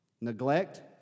neglect